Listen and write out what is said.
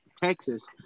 Texas